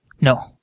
No